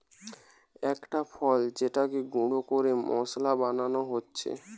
একটা ফল যেটাকে গুঁড়ো করে মশলা বানানো হচ্ছে